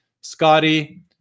Scotty